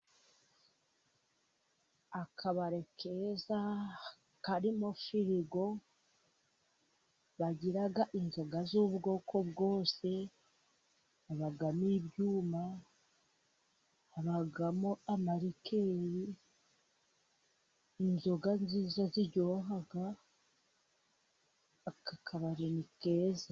Akabare keza karimo firigo, bagira inzoga z' ubwoko bwose haba n' ibyuma, habamo amalikeri inzoga nziza ziryoha aka kabari ni keza.